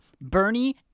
Bernie